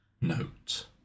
note